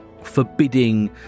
forbidding